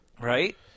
right